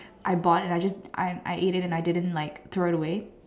I bought it and I just I I ate it and I didn't like throw it away